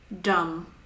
dumb